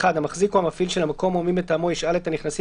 המחזיק או המפעיל של המקום או מי מטעמו ישאל את הנכנסים